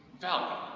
Value